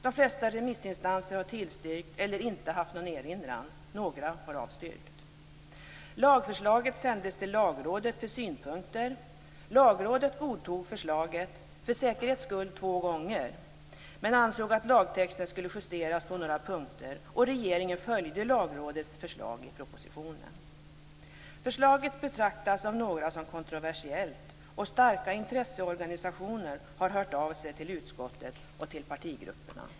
De flesta remissinstanser har tillstyrkt eller inte haft någon erinran. Några har avstyrkt. Lagrådet godtog förslaget, för säkerhets skull två gånger, men ansåg att lagtexten skulle justeras på några punkter. Regeringen följde Lagrådets förslag i propositionen. Förslaget betraktas av några som kontroversiellt, och starka intresseorganisationer har hört av sig till utskottet och till partigrupperna.